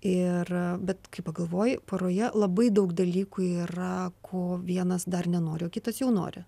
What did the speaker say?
ir bet kai pagalvoji poroje labai daug dalykų yra ko vienas dar nenori o kitas jau nori